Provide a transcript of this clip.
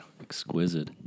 exquisite